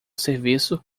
serviço